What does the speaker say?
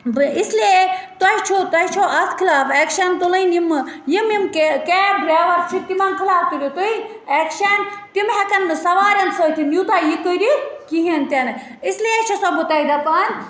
بہٕ اِسلیے تۄہہِ چھُو تۄہہِ چھو اَتھ خلاف اٮ۪کشَن تُلٕنۍ یِمہٕ یِم یِم کیب ڈرٛایوَر چھِ تِمَن خلاف تُلِو تُہۍ اٮ۪کشَن تِم ہٮ۪کَن نہٕ سَوارٮ۪ن سۭتۍ یوٗتاہ یہِ کٔرِتھ کِہیٖنۍ تہِ نہٕ اِسلیے چھَسو بہٕ تۄہہِ دَپان